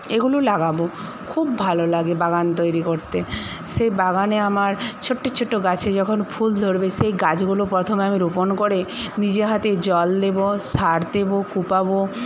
এগুলো লাগাবো খুব ভালো লাগে বাগান তৈরি করতে সেই বাগানে আমার ছোট্ট ছোট্ট গাছে যখন ফুল ধরবে সেই গাছগুলো প্রথমে আমি রোপন করে নিজের হাতে জল দেব সার দেব কুপাবো